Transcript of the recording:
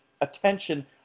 attention